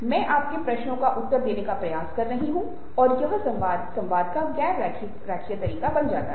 मैं आपके प्रश्नों का उत्तर देने का प्रयास कर रहा हूं और यह संवाद का गैर रेखीय तरीका बन गया है